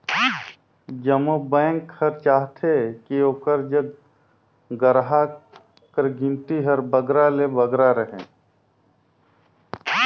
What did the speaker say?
जम्मो बेंक हर चाहथे कि ओकर जग गराहक कर गिनती हर बगरा ले बगरा रहें